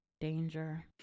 danger